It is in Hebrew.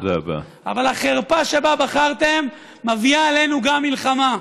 אבל גם החרפה שבה בחרתם מביאה עלינו מלחמה.